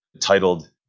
titled